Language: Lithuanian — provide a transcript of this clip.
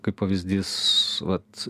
kaip pavyzdys vat